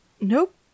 Nope